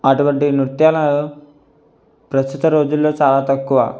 అటువంటి నృత్యాలు ప్రస్తుత రోజుల్లో చాలా తక్కువ